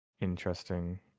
interesting